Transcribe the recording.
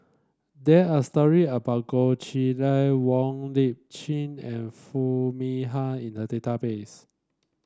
there are story about Goh Chiew Lye Wong Lip Chin and Foo Mee Har in the database